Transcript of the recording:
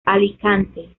alicante